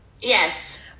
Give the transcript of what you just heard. Yes